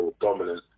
dominant